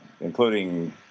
including